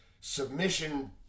submission